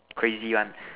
crazy one